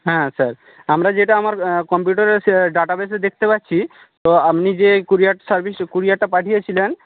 হ্যাঁ স্যার আমরা যেটা আমার কম্পিউটারের ডাটাবেসে দেখতে পাচ্ছি তো আপনি যে ক্যুরিয়ার সার্ভিস ক্যুরিয়ারটা পাঠিয়েছিলেন